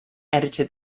edited